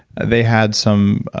they had some